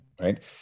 right